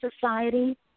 society